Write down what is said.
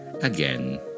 Again